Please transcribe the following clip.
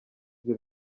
ibyo